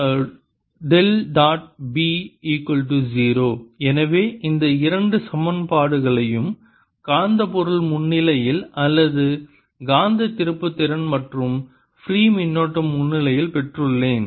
B0 எனவே இந்த இரண்டு சமன்பாடுகளையும் காந்தப் பொருள் முன்னிலையில் அல்லது காந்த திருப்புத்திறன் மற்றும் ஃப்ரீ மின்னோட்டம் முன்னிலையில் பெற்றுள்ளேன்